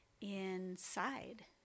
inside